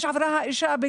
מה שעברה האישה,